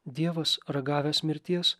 dievas ragavęs mirties